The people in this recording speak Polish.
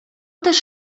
też